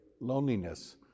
loneliness